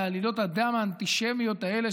על עלילות הדם האנטישמיות האלה,